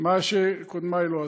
מה שקודמי לא עשו.